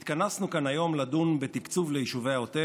התכנסנו כאן היום לדון בתקצוב ליישובי העוטף,